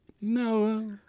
no